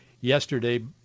Yesterday